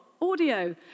Audio